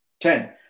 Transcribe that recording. Ten